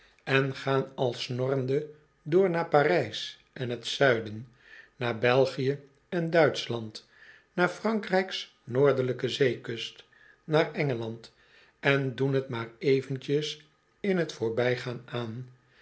en gaan al snorrende door naar p a r ij s en t zuiden naar belgië en duitschland naar frankrijk's noordelijke zeekust naar engeland en doen t maar eventjes in t voorbijgaan aan